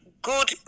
Good